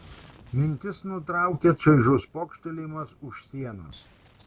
mintis nutraukė čaižus pokštelėjimas už sienos